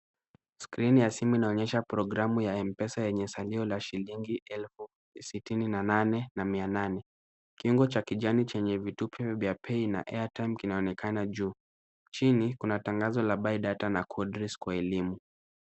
Skrini ya simu inaonyesha programu ya M-Pesa yenye salio la shilingi elfu sitini na nane na mia nane. Kiongo cha kijani chenye vitupi vya pay na airtime kinaonekana juu. Chini kuna tangazo la buy data na ku address kwa elimu.